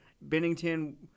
Bennington—